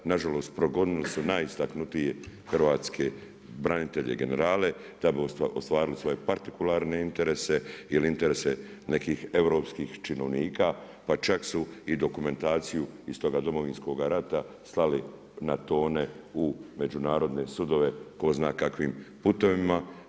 Na žalost progonili su najistaknutije hrvatske branitelje i generale da bi ostvarili svoje partikularne interese ili interese nekih europskih činovnika, pa čak su i dokumentaciju iz toga Domovinskoga rata slali na tone u međunarodne sudove tko zna kakvim putovima.